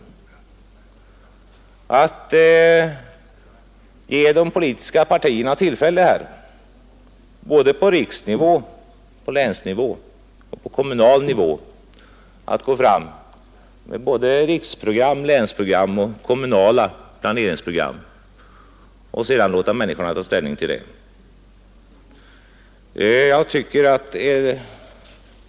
Jag vill att man skall ge de politiska partierna tillfälle att på riksnivå, på länsnivå och på kommunal nivå gå fram med riksprogram, länsprogram och kommunala planeringsprogram och sedan låta människorna ta ställning till detta.